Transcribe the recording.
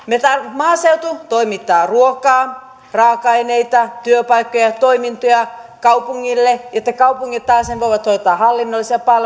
maaseutu toimittaa ruokaa raaka aineita työpaikkoja toimintoja kaupungille että kaupungit taasen voivat hoitaa hallinnollisia palveluita